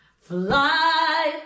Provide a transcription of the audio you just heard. Fly